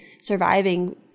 surviving